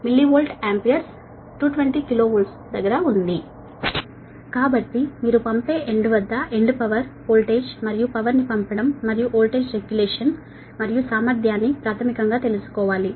కాబట్టి మీరు ప్రాథమికంగా తెలుసుకోవలసింది ఏమిటంటే పంపే ఎండ్ పవర్ పంపే ఎండ్ వోల్టేజ్ మరియు పవర్ ని పంపడం మరియు వోల్టేజ్ రెగ్యులేషన్ మరియు సామర్థ్యాన్ని ప్రాథమికంగా తెలుసుకోవాలి